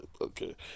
Okay